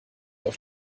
auf